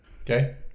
okay